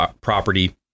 property